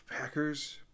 Packers